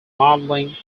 modelling